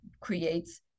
creates